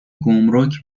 گمرک